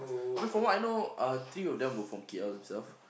but for what I know uh three of them were from K_L themselves